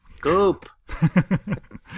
Goop